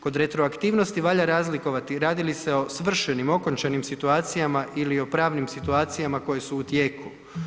Kod retroaktivnosti valja razlikovati radi li se o svršenim okončanim situacijama ili o pravnim situacijama koje su u tijeku.